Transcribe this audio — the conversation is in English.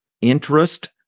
interest